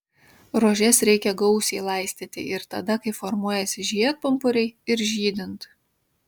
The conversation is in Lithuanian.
rožes reikia gausiai laistyti ir tada kai formuojasi žiedpumpuriai ir žydint